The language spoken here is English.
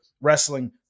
Wrestling